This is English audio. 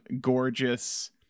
Gorgeous